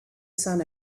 sun